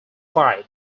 fight